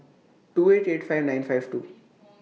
two eight eight five nine five two